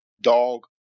dog